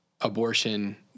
abortion